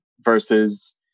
versus